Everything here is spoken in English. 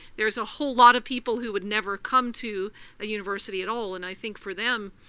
there's a whole lot of people who would never come to a university at all, and i think for them